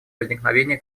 возникновения